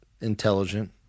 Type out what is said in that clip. intelligent